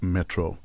Metro